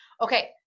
Okay